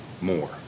more